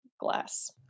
glass